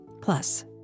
Plus